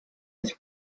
his